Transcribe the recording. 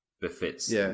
befits